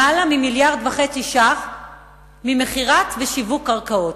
למעלה מ-1.5 מיליארד ש"ח ממכירה ושיווק של קרקעות.